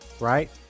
Right